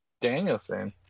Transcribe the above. Danielson